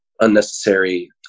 unnecessary